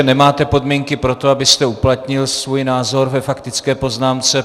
Nemáte podmínky pro to, abyste uplatnil svůj názor ve faktické poznámce.